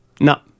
No